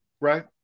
right